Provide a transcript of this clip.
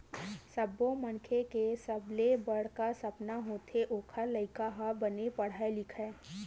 सब्बो मनखे के सबले बड़का सपना होथे ओखर लइका ह बने पड़हय लिखय